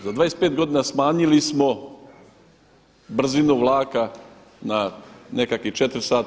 Za 25 godina smanjili smo brzinu vlaka na nekakvih 4 sata.